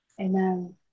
Amen